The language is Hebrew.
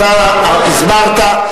אתה הסברת,